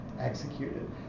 executed